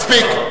מספיק.